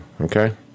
okay